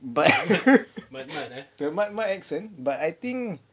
but the mat-mat accent but I think